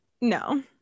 No